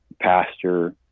pastor